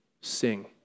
sing